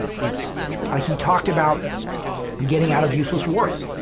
it's ah he talked about getting out of useless wars.